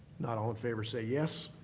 not, all in favor say yes.